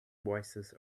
voices